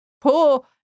poor